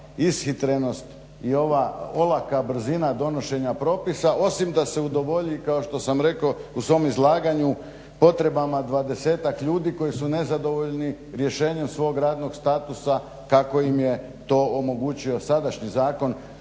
ishitrenost i ova olaka brzina donošenja propisa, osim da se udovolji, kao što sam rekao u svom izlaganju, potrebama dvadesetak ljudi koji su nezadovoljni rješenjem svog radnog statusa kako im je to omogućio sadašnji zakon